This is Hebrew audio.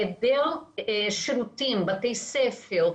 בהיעדר שירותים, בתי ספר,